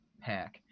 pack